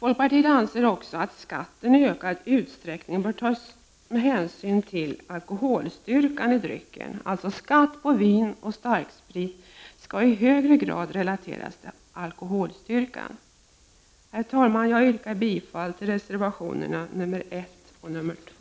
Vidare anser folkpartiet att skatten i ökande utsträckning bör tas ut med hänsyn till alkoholstyrkan i drycken. Skatt på vin och starksprit skall alltså i högre grad relateras till alkoholstyrkan. Herr talman! Jag yrkar bifall till reservationerna nr 1 och 2.